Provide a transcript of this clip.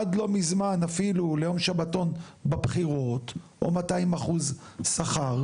עד לא מזמן אפילו ליום שבתון בבחירות או 200% שכר.